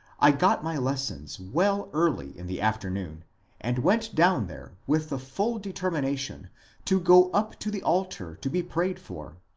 i got my lessons well early in the afternoon and went down there with the full determination to go up to the altar to be prayed for.